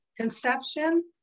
conception